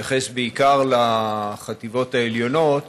התייחס בעיקר לחטיבות העליונות.